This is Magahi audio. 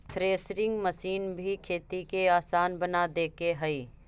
थ्रेसिंग मशीन भी खेती के आसान बना देके हइ